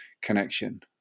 connection